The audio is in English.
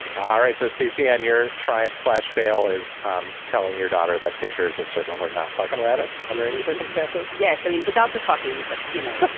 all right. so, staceyann, your triumph slash fail is um telling your daughter that pictures of circles are not fucking rabbits under any circumstances yes. i mean, without the fucking. but, you know,